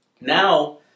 Now